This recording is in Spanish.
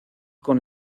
con